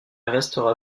restera